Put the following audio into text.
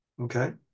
okay